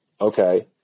okay